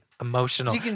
emotional